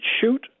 shoot